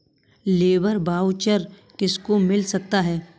Labour voucher किसको मिल सकता है?